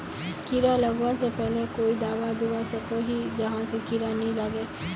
कीड़ा लगवा से पहले कोई दाबा दुबा सकोहो ही जहा से कीड़ा नी लागे?